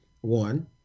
One